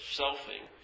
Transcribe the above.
selfing